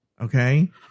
okay